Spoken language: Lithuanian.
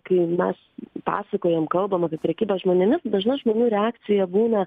kai mes pasakojam kalbam apie prekybą žmonėmis dažna žmonių reakcija būna